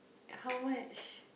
how much